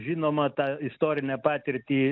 žinomą tą istorinę patirtį